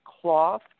cloth